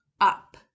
up